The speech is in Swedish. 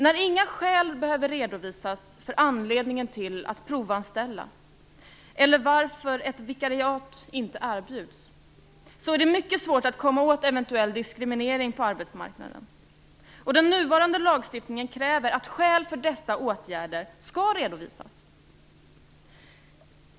När inga skäl behöver redovisas för anledningen till att provanställa eller varför ett vikariat inte erbjuds är det mycket svårt att komma åt eventuell diskriminering på arbetsmarknaden. Den nuvarande lagstiftningen kräver att skäl för dessa åtgärder skall redovisas.